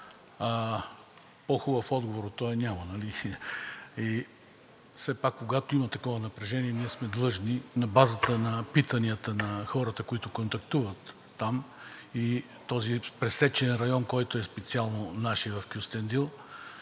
по-хубав отговор от този няма, нали? Все пак, когато има такова напрежение, ние сме длъжни на базата на питанията на хората, с които контактувам там, и този пресечен район, който е специално нашият в Кюстендил,